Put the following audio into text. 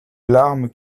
larme